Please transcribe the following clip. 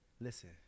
Listen